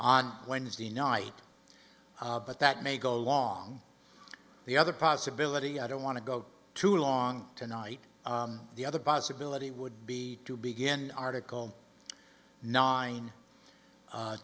on wednesday night but that may go along the other possibility i don't want to go too long tonight the other possibility would be to begin article nine